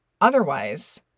Otherwise